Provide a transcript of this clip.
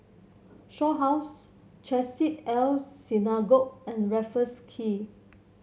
Shaw House Chesed El Synagogue and Raffles Quay